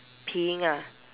peeing ah